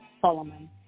Solomon